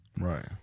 Right